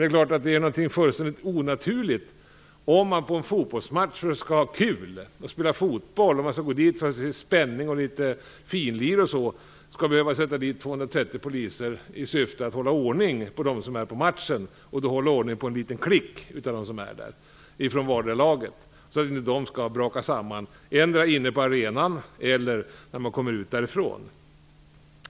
Det är klart att det är något fullständigt onaturligt om det på en fotbollsmatch dit folk går för att ha kul, för att få spänning, se litet finlir och så, måste finnas 230 poliser som skall hålla ordning på en liten klick av dem som kommit för att se matchen, om polisen måste hålla isär ett mindre antal supportrar från vardera laget så att dessa inte brakar samman, endera inne på arenan eller efter matchen.